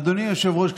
אדוני היושב-ראש,